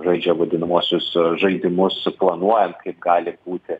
žaidžia vadinamuosius žaidimus suplanuojant kaip gali būti